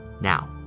Now